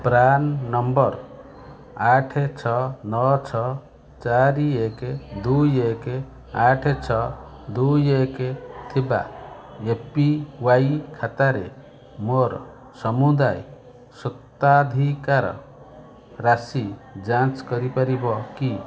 PRAN number ଆଠ ଛଅ ନଅ ଛଅ ଚାରି ଏକ ଦୁଇ ଏକ ଆଠ ଛଅ ଦୁଇ ଏକ ଥିବା ଏ ପି ୱାଇ ଖାତାରେ ମୋର ସମୁଦାୟ ସ୍ୱତ୍ୱାଧିକାର ରାଶି ଯାଞ୍ଚ କରିପାରିବ କି